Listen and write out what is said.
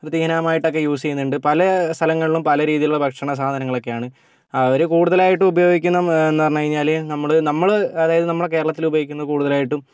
വൃത്തിഹീനമായിട്ടൊക്കെ use ചെയ്യുന്നുണ്ട് പല സ്ഥലങ്ങളിലും പല രീതിയിലുള്ള ഭക്ഷണ സാധനങ്ങൾ ഒക്കെയാണ് അവർ കൂടുതലായിട്ട് ഉപയോഗിക്കണം എന്ന് പറഞ്ഞുകഴിഞ്ഞാൽ നമ്മൾ നമ്മൾ അതായത് നമ്മൾ കേരളത്തിൽ ഉപയോഗിക്കുന്നത് കൂടുതലായിട്ടും